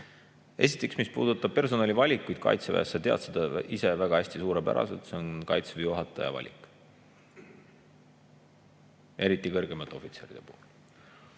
Esiteks, mis puudutab personalivalikuid Kaitseväes, sa tead seda ise väga hästi, suurepäraselt – see on Kaitseväe juhataja valik, eriti kõrgemate ohvitseride puhul.